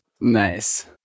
nice